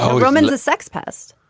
oh i'm into the sex past